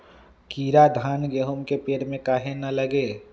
कीरा धान, गेहूं के पेड़ में काहे न लगे?